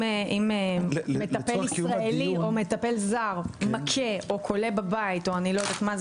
אם מטפל ישראלי או מטפל זר מכה או כולא בבית או אני לא יודעת מה,